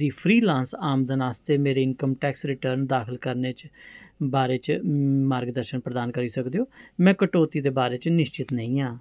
दी फ्रीलांस आमदन आस्तै मेरी इनकम टैक्स रिटर्न दाखल करने च बारे च मार्गदर्शन प्रदान करी सकदे ओ में कटौती दे बारे च निश्चत नेईं आं